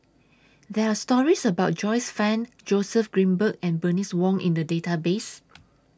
There Are stories about Joyce fan Joseph Grimberg and Bernice Wong in The Database